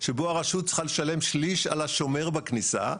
שבו הרשות צריכה לשלם שליש על השומר בכניסה,